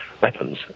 weapons